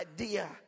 idea